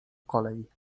kolej